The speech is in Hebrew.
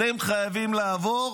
אתם חייבים לעבור